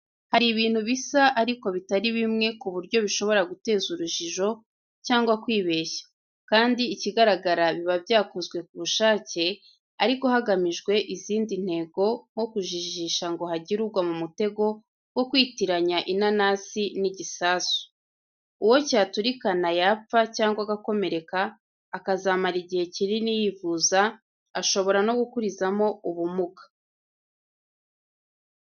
Hari ibintu bisa ariko bitari bimwe ku buryo bishobora guteza urujijo cyangwa kwibeshya, kandi ikigaragara biba byakozwe ku bushake, ariko hagamijwe izindi ntego, nko kujijisha ngo hagire ugwa mu mutego wo kwitiranya inanasi n'igisasu. Uwo cyaturikana yapfa cyangwa agakomereka, akazamara igihe kinini yivuza, ashobora no gukurizamo ubumuga.